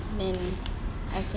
then I can